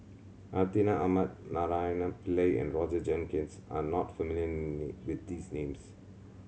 Hartinah Ahmad Naraina Pillai and Roger Jenkins are not familiar with these names